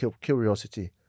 curiosity